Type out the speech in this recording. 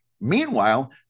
Meanwhile